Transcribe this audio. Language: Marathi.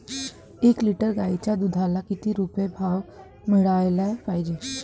एक लिटर गाईच्या दुधाला किती रुपये भाव मिळायले पाहिजे?